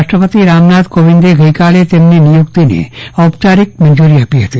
રાષ્ટ્રપતિ રામનાથ કોવિંદે ગઈકાલે તેમની વ્યક્તિને ઔપચારિક મંજૂરી આપી હતી